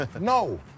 No